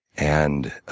and